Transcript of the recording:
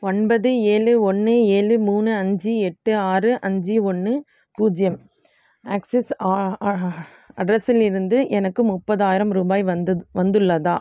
ஒன்பது ஏழு ஒன்று ஏழு மூணு அஞ்சு எட்டு ஆறு அஞ்சு ஒன்று பூஜ்ஜியம் ஆக்சிஸ் அட்ரஸிலிருந்து எனக்கு முப்பதாயிரம் ரூபாய் வந்து வந்துள்ளதா